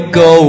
go